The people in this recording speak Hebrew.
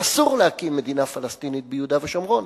שאסור להקים מדינה פלסטינית ביהודה ושומרון.